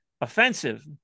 offensive